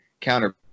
counter